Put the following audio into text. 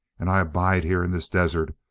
and i abide here in this desert,